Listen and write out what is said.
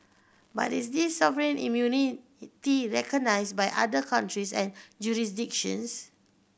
but is this sovereign immunity recognised by other countries and jurisdictions